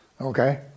Okay